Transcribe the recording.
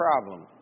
problem